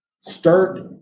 start